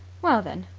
well, then,